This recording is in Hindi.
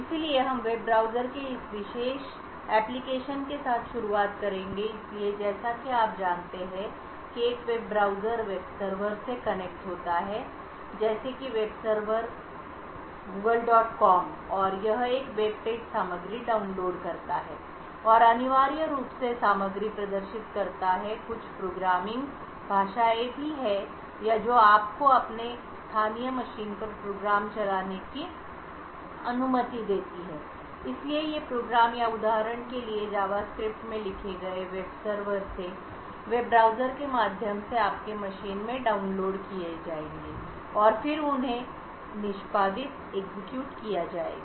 इसलिए हम वेब ब्राउज़र के इस विशेष अनुप्रयोग के साथ शुरुआत करेंगे इसलिए जैसा कि आप जानते हैं कि एक वेब ब्राउज़र वेब सर्वर से कनेक्ट होता है जैसे कि वेब सर्वर जैसे कि googlecom और यह एक वेब पेज सामग्री डाउनलोड करता है और अनिवार्य रूप से सामग्री प्रदर्शित करता है कुछ प्रोग्रामिंग भाषाएं भी हैं या जो आपको अपने स्थानीय मशीन पर प्रोग्राम चलाने की अनुमति देती हैं इसलिए ये प्रोग्राम या उदाहरण के लिए जावास्क्रिप्ट में लिखे गए वेब सर्वर से वेब ब्राउज़र के माध्यम से आपके मशीन में डाउनलोड किए जाएंगे और फिर उन्हें निष्पादित किया जाएगा